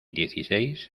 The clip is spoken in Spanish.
dieciséis